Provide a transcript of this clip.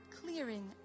clearing